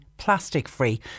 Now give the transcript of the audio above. plastic-free